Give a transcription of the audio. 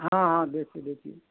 हाँ हाँ देखिए देखिए